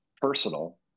personal